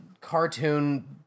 cartoon